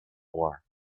war